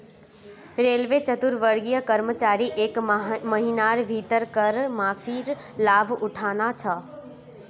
railway चतुर्थवर्गीय कर्मचारीक एक महिनार भीतर कर माफीर लाभ उठाना छ